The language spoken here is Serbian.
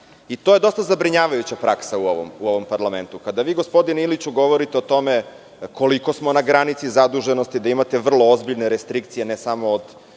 je dosta zabrinjavajuća praksa u ovom parlamentu. Kada vi gospodine Iliću govorite o tome koliko smo na granici zaduženosti, da imate vrlo ozbiljne restrikcije ne samo od